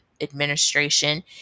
administration